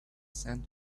sand